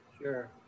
Sure